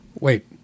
Wait